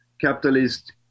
capitalist